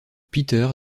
peter